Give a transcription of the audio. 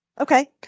Okay